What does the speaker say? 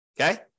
Okay